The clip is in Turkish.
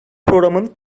programın